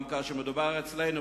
אולם כאשר מדובר אצלנו,